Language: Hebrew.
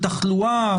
של תחלואה.